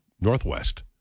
Northwest